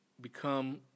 become